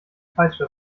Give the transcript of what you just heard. peitsche